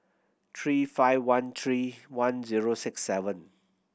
three five one three one zero six seven